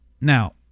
Now